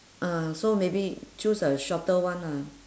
ah so maybe choose a shorter one ah